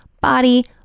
body